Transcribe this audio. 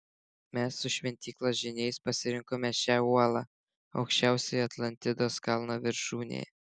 mes su šventyklos žyniais pasirinkome šią uolą aukščiausiojo atlantidos kalno viršūnėje